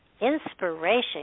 inspiration